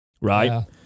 right